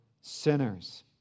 sinners